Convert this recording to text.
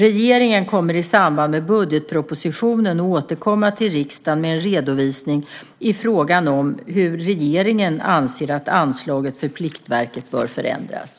Regeringen kommer i samband med budgetpropositionen att återkomma till riksdagen med en redovisning i fråga om hur regeringen anser att anslaget för Pliktverket bör förändras.